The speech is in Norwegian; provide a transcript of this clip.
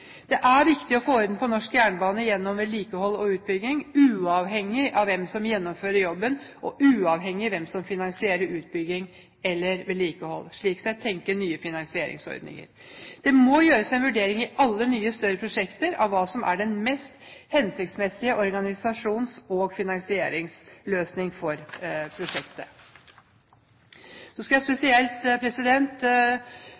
Det er viktig å få orden på norsk jernbane gjennom vedlikehold og utbygging, uavhengig av hvem som gjennomfører jobben, og uavhengig av hvem som finansierer utbyggingen eller vedlikeholdet. Man må slik sett tenke på nye finansieringsordninger. Det må gjøres en vurdering i alle nye større prosjekter av hva som er den mest hensiktsmessige organiserings- og finansieringsløsning for prosjektet.